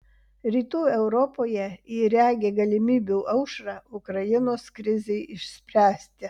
rytų europoje ji regi galimybių aušrą ukrainos krizei išspręsti